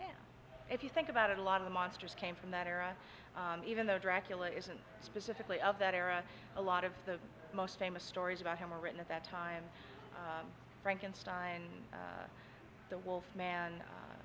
and if you think about it a lot of the monsters came from that era even though dracula isn't specifically of that era a lot of the most famous stories about him are written at that time frankenstein the wolf man